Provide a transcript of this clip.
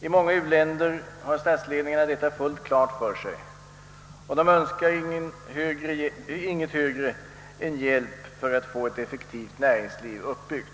I många u-länder har statsledningen detta fullt klart för sig och önskar inget högre än hjälp för att få ett effektivt näringsliv uppbyggt.